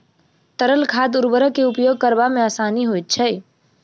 तरल खाद उर्वरक के उपयोग करबा मे आसानी होइत छै